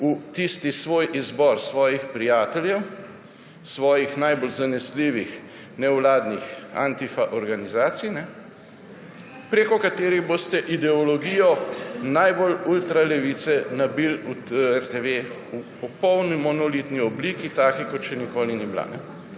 v tisti svoj izbor prijateljev, svojih najbolj zanesljivih nevladnih antifa organizacij, preko katerih boste ideologijo najbolj ultra levice nabili v RTV v popolni monolitni obliki, takšni, kot še nikoli ni bila.